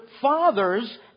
fathers